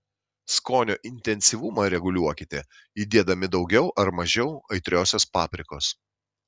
skonio intensyvumą reguliuokite įdėdami daugiau ar mažiau aitriosios paprikos